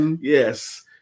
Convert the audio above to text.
Yes